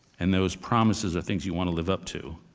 and those promises are things you want to live up to.